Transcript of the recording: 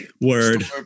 Word